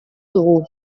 dugu